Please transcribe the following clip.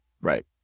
Right